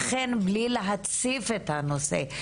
לכן בלי להציף את הנושא,